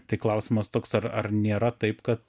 tik klausimas toks ar ar nėra taip kad